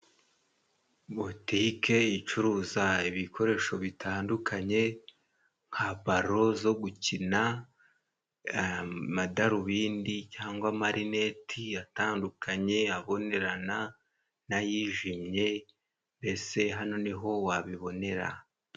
Butike icuruza ibikoresho bitandukanye nka balo zo gukina, amadarubindi cyangwa amarinete atandukanye, abonerana n'ayijimye ese hano niho wabibonera?